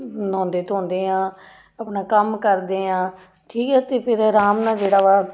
ਨਹਾਉਂਦੇ ਧੋਂਦੇ ਹਾਂ ਆਪਣਾ ਕੰਮ ਕਰਦੇ ਹਾਂ ਠੀਕ ਹੈ ਅਤੇ ਫਿਰ ਆਰਾਮ ਨਾਲ਼ ਜਿਹੜਾ ਵਾ